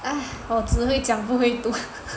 啊我只会讲不会读